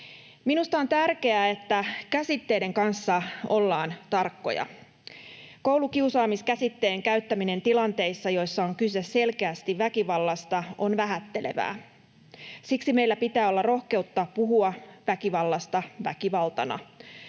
Minusta on tärkeää, että käsitteiden kanssa ollaan tarkkoja. Koulukiusaaminen-käsitteen käyttäminen tilanteissa, joissa on selkeästi kyse väkivallasta, on vähättelevää. Siksi meillä pitää olla rohkeutta puhua väkivallasta väkivaltana.